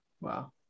Wow